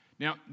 Now